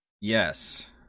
Yes